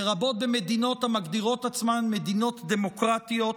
לרבות במדינות המגדירות את עצמן כמדינות דמוקרטיות,